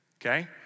Okay